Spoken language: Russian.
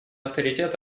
авторитет